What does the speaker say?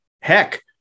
heck